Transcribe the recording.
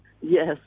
Yes